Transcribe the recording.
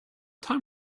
time